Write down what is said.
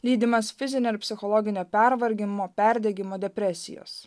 lydimas fizinio ir psichologinio pervargimo perdegimo depresijos